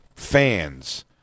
fans